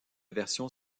version